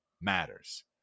matters